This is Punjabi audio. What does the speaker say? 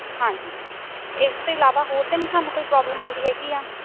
ਹਾਂਜੀ ਇਸ ਤੋਂ ਇਲਾਵਾ ਹੋਰ ਤਾਂ ਨਹੀਂ ਤੁਹਾਨੂੰ ਕੋਈ ਪ੍ਰੋਬਲਮ ਆਉਂਦੀ ਹੈਗੀ ਆ